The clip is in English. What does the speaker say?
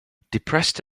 depressed